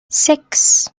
six